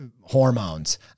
hormones